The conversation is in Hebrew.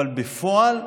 אבל בפועל,